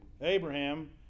Abraham